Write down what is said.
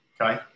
okay